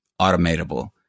automatable